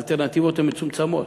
האלטרנטיבות הן מצומצמות.